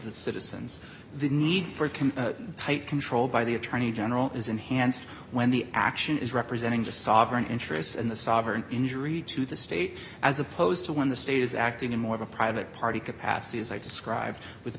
the citizens the need for can tight control by the attorney general is enhanced when the action is representing just sovereign interests in the sauber an injury to the state as opposed to when the state is acting in more of a private party capacity as i described with